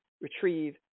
retrieve